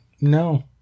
no